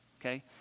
Okay